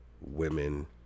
women